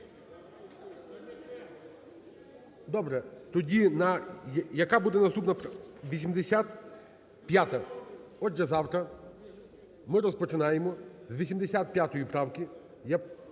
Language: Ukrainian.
Добре. Тоді на… Яка буде наступна? 85-а. Отже, завтра ми розпочинаємо з 85 правки…